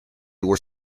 were